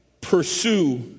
pursue